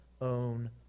own